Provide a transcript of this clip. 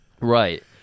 Right